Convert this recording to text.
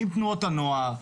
עם תנועות הנוער,